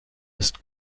ist